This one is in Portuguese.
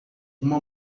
uma